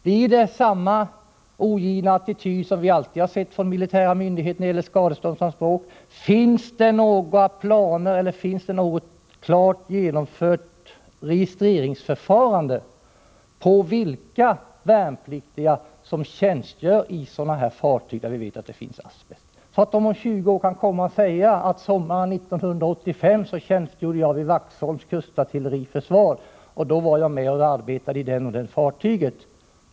Möts de av samma ogina attityd som vi alltid har sett från militära myndigheter när det har gällt skadeståndsanspråk? Finns det några planer på att börja registrera — eller är det kanske redan genomfört? — vilka värnpliktiga som tjänstgör på fartyg där vi vet att det förekommer asbest? Om det skedde en sådan registrering, skulle dagens värnpliktiga om 20 år, för att hävda sina ersättningsanspråk, kunna säga: Sommaren 1985 tjänstgjorde jag vid Vaxholms kustartilleriförsvar, och då arbetade jag i det eller det fartyget.